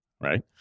right